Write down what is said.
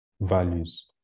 values